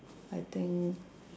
I think